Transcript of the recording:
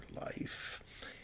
life